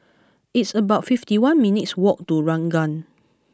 it's about fifty one minutes' walk to Ranggung